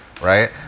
Right